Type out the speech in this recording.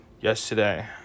yesterday